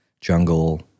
jungle